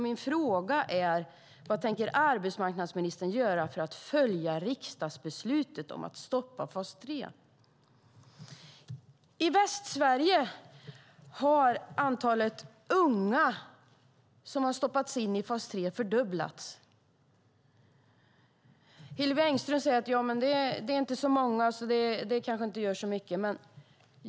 Min fråga är alltså: Vad tänker arbetsmarknadsministern göra för att följa riksdagsbeslutet om att stoppa fas 3? I Västsverige har antalet unga som har stoppats in i fas 3 fördubblats. Hillevi Engström säger att det inte är så många, så det gör kanske inte så mycket.